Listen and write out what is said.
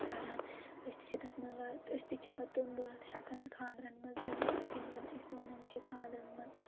کران أسۍ تہِ چھِ تَتھ منٛز وَتھ أسۍ تہِ چھِ پَتہٕ تِم بٲتھ ہؠکَان خاندرَن منٛز ؤنِتھ اِتھ کٔنۍ زَن أسۍ وَنَان چھِ خاندرَن منٛز